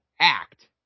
act